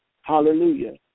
hallelujah